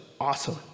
awesome